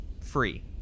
free